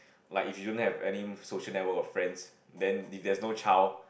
like if you don't have any social network of friends then if there's no child